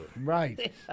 Right